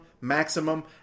maximum